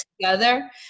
together